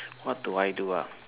what do I do ah